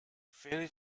fairy